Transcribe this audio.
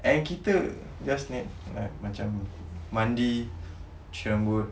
and kita just need like macam mandi cuci rambut